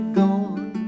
gone